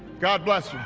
god bless you. and